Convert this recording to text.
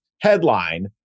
headline